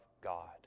God